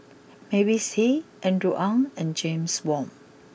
Mavis Hee Andrew Ang and James Wong